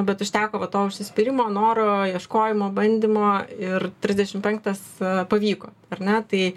bet užteko va to užsispyrimo noro ieškojimo bandymo ir trisdešim penktas pavyko ar ne tai